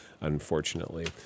unfortunately